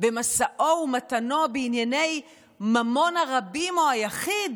במשאו ובמתנו בענייני ממון הרבים או היחיד,